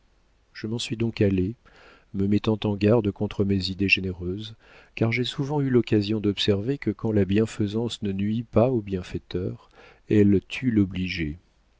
je m'en suis donc allé me mettant en garde contre mes idées généreuses car j'ai souvent eu l'occasion d'observer que quand la bienfaisance ne nuit pas au bienfaiteur elle tue l'obligé